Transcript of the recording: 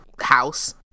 house